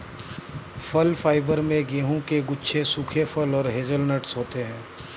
फल फाइबर में गेहूं के गुच्छे सूखे फल और हेज़लनट्स होते हैं